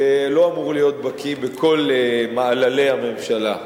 שלא אמור להיות בקי בכל מעללי הממשלה,